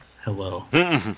hello